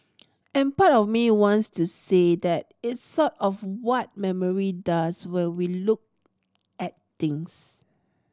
and part of me wants to say that it's sort of what memory does when we look at things